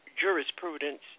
jurisprudence